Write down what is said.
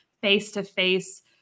face-to-face